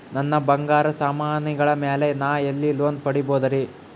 ನನ್ನ ಬಂಗಾರ ಸಾಮಾನಿಗಳ ಮ್ಯಾಲೆ ನಾ ಎಲ್ಲಿ ಲೋನ್ ಪಡಿಬೋದರಿ?